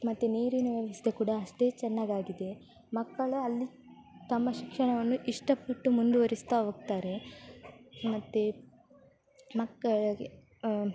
ಮತ್ತು ನೀರಿನ ವ್ಯವಸ್ಥೆ ಕೂಡ ಅಷ್ಟೇ ಚೆನ್ನಾಗಾಗಿದೆ ಮಕ್ಕಳು ಅಲ್ಲಿ ತಮ್ಮ ಶಿಕ್ಷಣವನ್ನು ಇಷ್ಟಪಟ್ಟು ಮುಂದುವರೆಸ್ತಾ ಹೋಗ್ತಾರೆ ಮತ್ತೆ ಮಕ್ಕಳಿಗೆ